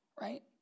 Right